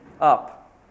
up